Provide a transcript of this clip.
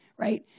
right